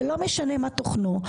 ולא משנה מה תוכנו,